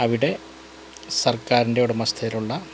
അവിടെ സർക്കാരിൻ്റെ ഉടമസ്ഥതയിലുള്ള